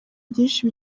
byinshi